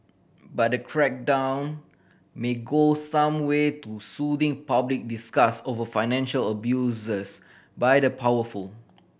but the crackdown may go some way to soothing public disgust over financial abuses by the powerful